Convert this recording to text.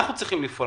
אנחנו צריכים לפעול,